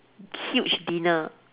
huge dinner